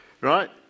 right